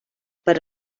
per